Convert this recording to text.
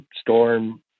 storm